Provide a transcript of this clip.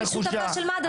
אני שותפה של מד"א,